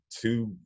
two